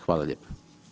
Hvala lijepo.